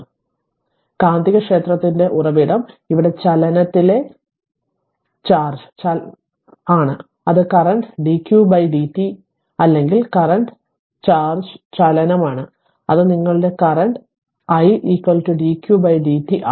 അതിനാൽ കാന്തികക്ഷേത്രത്തിന്റെ ഉറവിടം ഇവിടെ ചലനത്തിലെ ചാർജ് ആണ് അത് കറന്റ് dq dt അല്ലെങ്കിൽ കറന്റ് ചാർജ് ചലനമാണ് അത് നിങ്ങളുടെ കറന്റ് i dq dt ആണ്